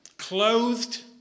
clothed